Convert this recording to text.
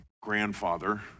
grandfather